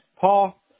Paul